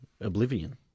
oblivion